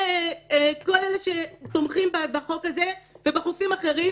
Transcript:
כל אלה שתומכים בחוק הזה ובחוקים אחרים,